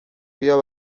بیا